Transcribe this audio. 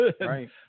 right